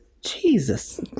jesus